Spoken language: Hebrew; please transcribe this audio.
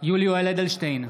יולי יואל אדלשטיין,